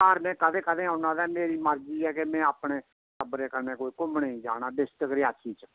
घर में कदें कदें औन्ना ते मेरी मर्जी ऐ कि में अपने टब्बरै कन्नै कोई घूमनै जाना डिस्ट्रिक्ट रियासी च